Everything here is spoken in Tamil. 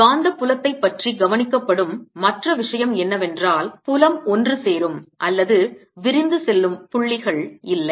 காந்தப் புலத்தைப் பற்றி கவனிக்கப்படும் மற்ற விஷயம் என்னவென்றால் புலம் ஒன்றுசேரும் அல்லது விரிந்து செல்லும் புள்ளிகள் இல்லை